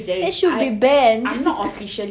that should be banned